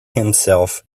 himself